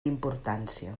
importància